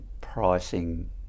pricing